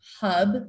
hub